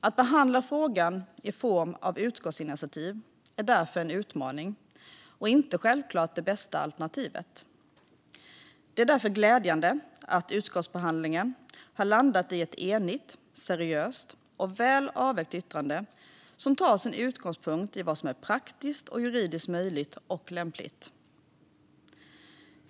Att behandla frågan i form av utskottsinitiativ är därför en utmaning och inte självklart det bästa alternativet. Det är därför glädjande att utskottsbehandlingen har landat i ett enigt, seriöst och väl avvägt yttrande, som tar sin utgångspunkt i vad som är praktiskt och juridiskt möjligt och lämpligt.